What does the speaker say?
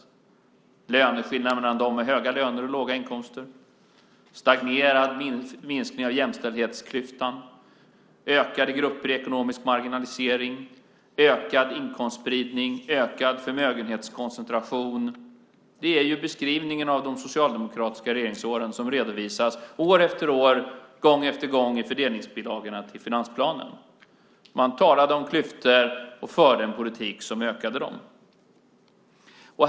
Det handlade om löneskillnaderna mellan dem med höga löner och dem med låga inkomster, om en stagnerad minskning av jämställdhetsklyftan, om ökade grupper i ekonomisk marginalisering, om ökad inkomstspridning, om ökad förmögenhetskoncentration. Det är beskrivningen av de socialdemokratiska regeringsåren, som redovisas år efter år, gång efter gång, i fördelningsbilagorna till finansplanen. Man talade om klyftor och förde en politik som ökade dem.